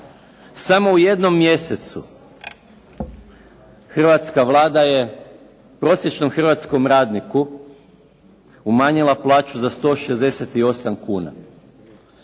Samo u jednom mjesecu hrvatska Vlada je prosječnom hrvatskom radniku umanjila plaću za 168 kuna,